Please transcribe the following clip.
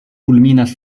kulminas